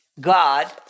God